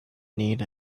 need